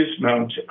Mount